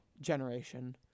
generation